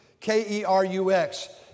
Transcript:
K-E-R-U-X